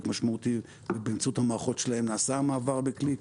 משמעותי ובאמצעות המערכות שלהם נעשה המעבר בקליק.